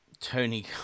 Tony